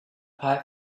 pipe